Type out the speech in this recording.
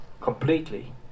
completely